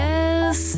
Yes